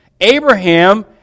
Abraham